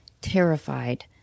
terrified